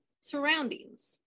surroundings